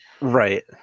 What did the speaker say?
Right